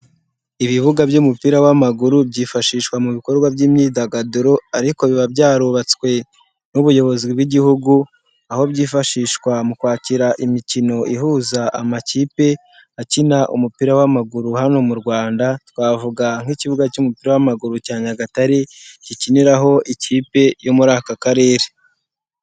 Ibibuga by'umupira w'amaguru byifashishwa mu bikorwa by'imyidagaduro ariko biba byarubatswe n'ubuyobozi bw'Igihugu, aho byifashishwa mu kwakira imikino ihuza amakipe akina umupira w'amaguru hano mu Rwanda, twavuga nk'ikibuga cy'umupira w'amaguru cya Nyagatare gikiniraho ikipe yo muri aka Karere.